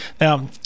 now